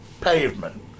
pavement